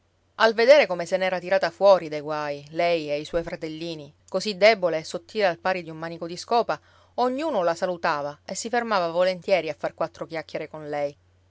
al vedere come se n'era tirata fuori dai guai lei e i suoi fratellini così debole e sottile al pari di un manico di scopa ognuno la salutava e si fermava volentieri a far quattro chiacchiere con lei